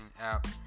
app